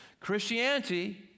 Christianity